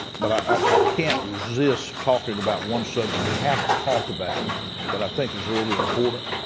but i ah can't resist talking about one subject we haven't talked about that i think is really important.